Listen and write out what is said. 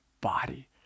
body